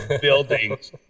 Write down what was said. buildings